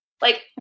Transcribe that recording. Like-